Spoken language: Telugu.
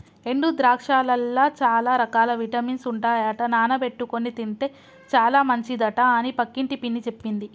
ఎండు ద్రాక్షలల్ల చాల రకాల విటమిన్స్ ఉంటాయట నానబెట్టుకొని తింటే చాల మంచిదట అని పక్కింటి పిన్ని చెప్పింది